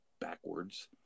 backwards